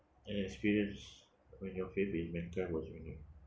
an experience when your faith in mankind was renewed